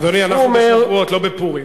אדוני, אנחנו בשבועות, לא בפורים.